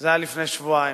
זה היה לפני שבועיים,